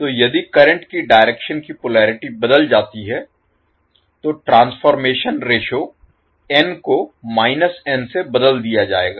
तो यदि करंट की डायरेक्शन की पोलरिटी बदल जाती है तो ट्रांसफॉर्मेशन रेश्यो n को n से बदल दिया जायेगा